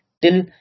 Till